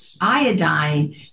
iodine